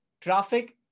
Traffic